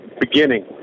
beginning